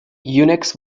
unix